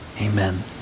amen